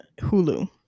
Hulu